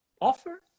offer